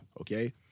okay